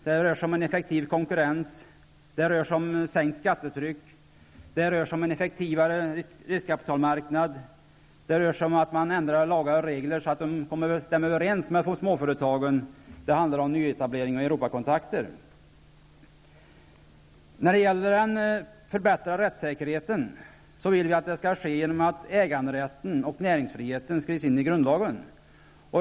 Det handlar om: en effektiv konkurrens, ändrade lagar och regler, så att de stämmer överens med småföretagens behov, Den förbättrade rättssäkerheten vill vi uppnå genom att äganderätten och näringsfriheten skrivs in i grundlagen.